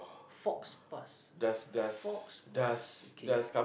faux pas faux pas okay